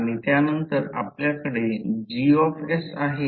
तर हा करंटच्या आसपासचा फ्लक्स आहे